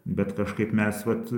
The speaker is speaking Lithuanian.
bet kažkaip mes vat